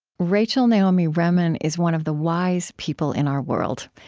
rachel naomi remen is one of the wise people in our world.